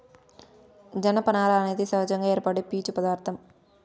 జనపనార అనేది సహజంగా ఏర్పడే పీచు పదార్ధం